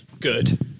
good